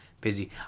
busy